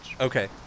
Okay